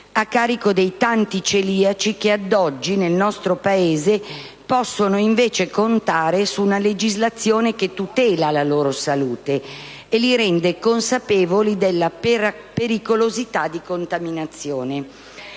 a carico dei tanti celiaci, che ad oggi nel nostro Paese possono invece contare su una legislazione che tutela la loro salute e li rende consapevoli della pericolosità di contaminazione.